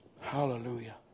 Hallelujah